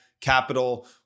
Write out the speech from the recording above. Capital